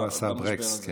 הוא עשה ברקס.